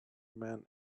men